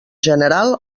general